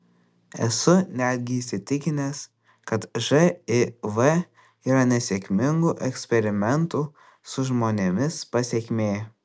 esu netgi įsitikinęs kad živ yra nesėkmingų eksperimentų su žmonėmis pasekmė